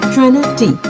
Trinity